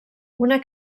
una